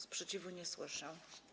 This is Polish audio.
Sprzeciwu nie słyszę.